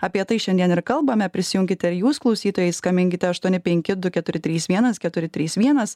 apie tai šiandien ir kalbame prisijunkite ir jūs klausytojai skambinkite aštuoni penki du keturi trys vienas keturi trys vienas